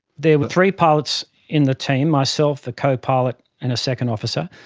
there were three pilots in the team, myself, the co-pilot and a second officer,